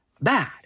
bad